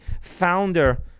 founder